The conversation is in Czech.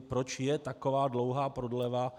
Proč je taková dlouhá prodleva?